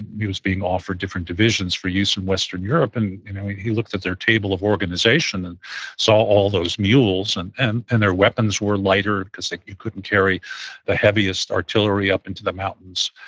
he was being offered different divisions for use in western europe. and he looked at their table of organization and saw all those mules, and and and their weapons were lighter because you couldn't carry the heaviest artillery up into the mountains,